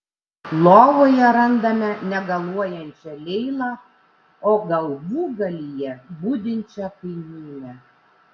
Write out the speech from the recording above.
lovoje randame negaluojančią leilą o galvūgalyje budinčią kaimynę